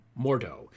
Mordo